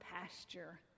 pasture